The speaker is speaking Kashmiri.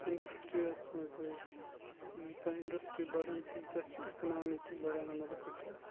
اِنڈَسٹِری یَس منٛز حظ ییٖژاہ اِنڈَسٹِرٛی بَڑان تیٖژاہ چھِ اِکنامی تہِ بَڑان مُلکٕچ حظ